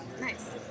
Nice